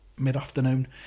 mid-afternoon